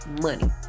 money